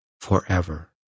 forever